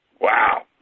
wow